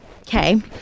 Okay